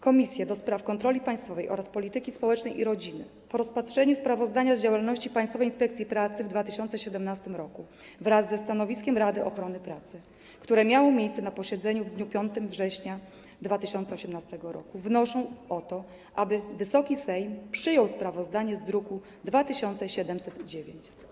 Komisja do Spraw Kontroli Państwowej oraz Komisja Polityki Społecznej i Rodziny po rozpatrzeniu sprawozdania z działalności Państwowej Inspekcji Pracy w 2017 r. wraz ze stanowiskiem Rady Ochrony Pracy, które miało miejsce na posiedzeniu w dniu 5 września 2018 r., wnoszą o to, aby Wysoki Sejm przyjął sprawozdanie z druku nr 2709.